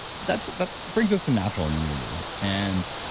that that brings us to natural immunity and